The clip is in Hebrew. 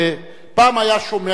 פעם היה שומע את הקולות,